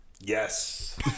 Yes